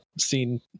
seen